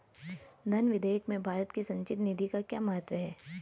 धन विधेयक में भारत की संचित निधि का क्या महत्व है?